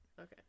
Okay